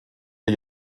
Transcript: der